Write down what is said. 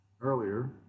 earlier